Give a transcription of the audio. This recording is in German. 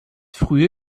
frühe